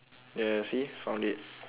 ya see found it